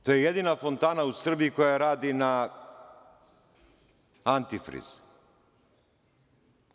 To je jedina fontana u Srbiji koja radi na antifriz.